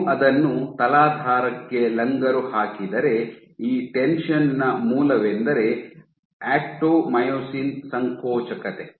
ನೀವು ಅದನ್ನು ತಲಾಧಾರಕ್ಕೆ ಲಂಗರು ಹಾಕಿದರೆ ಈ ಟೆನ್ಷನ್ ನ ಮೂಲವೆಂದರೆ ಆಕ್ಟೊಮಿಯೊಸಿನ್ ಸಂಕೋಚಕತೆ